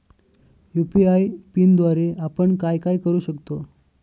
UPI पिनद्वारे आपण काय काय करु शकतो?